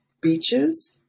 beaches